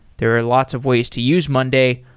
there are lots of ways to use monday,